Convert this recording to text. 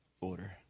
order